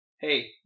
Hey